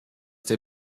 der